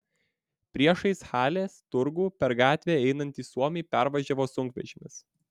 priešais halės turgų per gatvę einantį suomį pervažiavo sunkvežimis